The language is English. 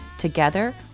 Together